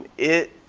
it